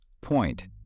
Point